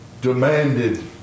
demanded